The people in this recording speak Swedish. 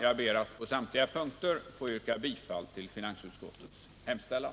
Jag ber att på samtliga punkter få yrka bifall till finansutskottets hemställan.